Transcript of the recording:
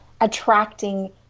attracting